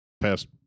past